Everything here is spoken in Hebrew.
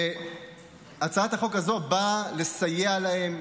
הצעת החוק הזו באה לסייע להם,